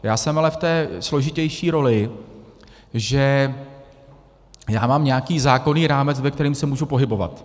Já jsem ale v té složitější roli, že já mám nějaký zákonný rámec, ve kterém se můžu pohybovat.